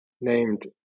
named